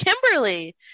Kimberly